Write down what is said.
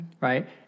Right